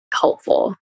helpful